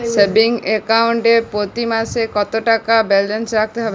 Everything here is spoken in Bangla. সেভিংস অ্যাকাউন্ট এ প্রতি মাসে কতো টাকা ব্যালান্স রাখতে হবে?